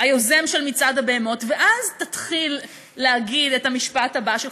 היוזם של "מצעד הבהמות" ואז תתחיל להגיד את המשפט הבא שלך.